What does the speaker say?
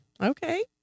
Okay